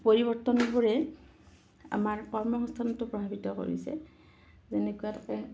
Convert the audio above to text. পৰিৱৰ্তনবোৰে আমাৰ কৰ্ম সংস্থানতো প্ৰভাৱিত কৰিছে যেনেকুৱাকৈ